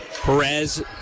Perez